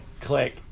click